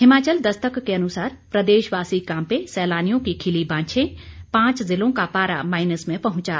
हिमाचल दस्तक के अनुसार प्रदेशवासी कांपे सैलानियों की खिली बांछें पांच जिलों का पारा माइनस में पहुंचा